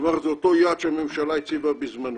כלומר, זה אותו יעד שהממשלה הציבה בזמנו.